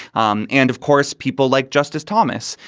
um and, of course, people like justice thomas,